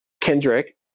Kendrick